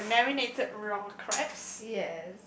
you mean the marinated raw crabs